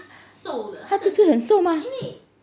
她就是很瘦嘛